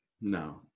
No